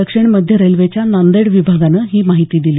दक्षिण मध्य रेल्वेच्या नांदेड विभागानं ही माहिती दिली